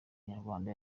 nyarwanda